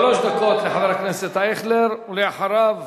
שלוש דקות לחבר הכנסת אייכלר, ולאחריו,